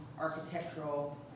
architectural